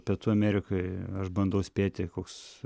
pietų amerikoj aš bandau spėti koks